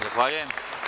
Zahvaljujem.